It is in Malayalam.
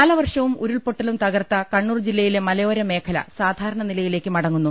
കാലവർഷവും ഉരുൾപൊട്ടലും തകർത്ത കണ്ണൂർ ജില്ലയിലെ മലയോരമേഖല സാധാരണ നിലയിലേക്ക് മടങ്ങുന്നു